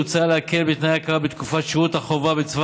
מוצע להקל בתנאי ההכרה בתקופת שירות החובה בצבא